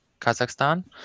Kazakhstan